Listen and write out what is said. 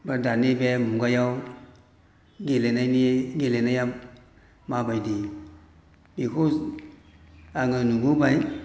बा दानि बे मुगायाव गेलेनाया माबायदि बेखौ आङो नुबोबाय